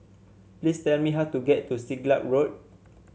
please tell me how to get to Siglap Road